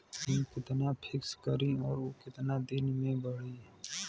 हम कितना फिक्स करी और ऊ कितना दिन में बड़ी?